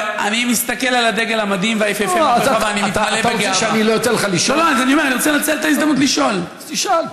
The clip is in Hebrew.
אני רוצה לנצל, אני שואל: